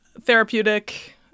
therapeutic